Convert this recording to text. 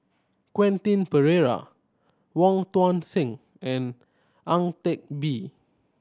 Quentin Pereira Wong Tuang Seng and Ang Teck Bee